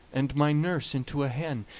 and my nurse into a hen,